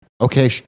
Okay